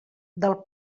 del